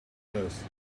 nurse